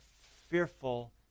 fearful